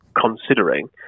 considering